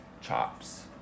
chops